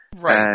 Right